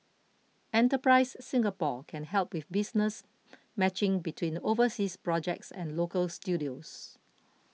enterprise Singapore can help with business matching between overseas projects and local studios